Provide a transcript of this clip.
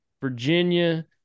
Virginia